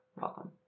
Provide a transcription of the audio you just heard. Welcome